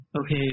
Okay